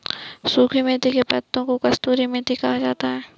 सुखी मेथी के पत्तों को कसूरी मेथी कहा जाता है